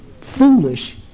foolish